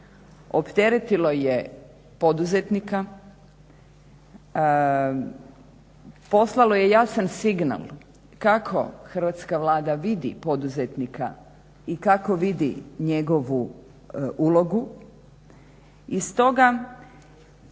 opteretilo je poduzetnika, poslalo je jasan signal kako hrvatska Vlada vidi poduzetnika i kako vidi njegovu ulogu. I stoga